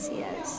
yes